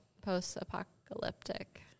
post-apocalyptic